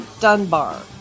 Dunbar